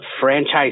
franchise